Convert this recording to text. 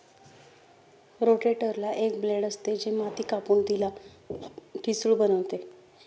रोटेटरला एक ब्लेड असते, जे माती कापून तिला ठिसूळ बनवते